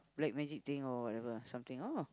black magic thing or whatever something oh